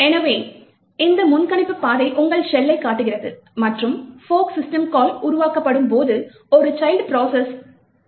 எனவே இந்த முன்கணிப்பு பாதை உங்கள் ஷெல்லைக் காட்டுகிறது மற்றும் ஃபோர்க் சிஸ்டம் கால் உருவாக்கப்படும் போது ஒரு சைல்ட் ப்ரோசஸை உருவாக்கப்படுகிறது